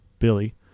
Billy